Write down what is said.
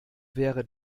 wäre